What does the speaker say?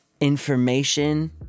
information